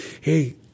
hey